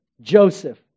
Joseph